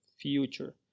future